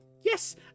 yes